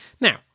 Now